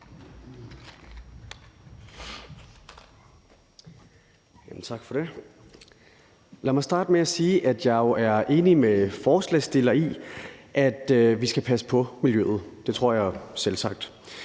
Lad mig starte med at sige, at jeg jo er enig med forslagsstillerne i, at vi skal passe på miljøet. Det tror jeg er selvsagt.